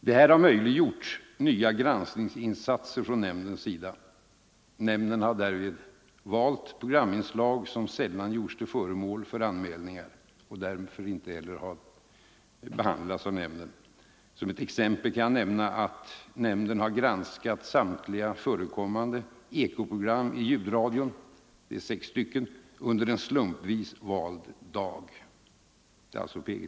Detta har möjliggjort nya granskningsinsatser från nämndens sida. Nämnden har därvid valt programtyper som sällan gjorts till föremål för anmälningar och därför inte heller har behandlats så ofta av nämnden. Som ett exempel kan jag nämna att nämnden på eget initiativ granskat samtliga förekommande Eko-program i ljudradion — det är sex stycken —- under en slumpvis vald dag.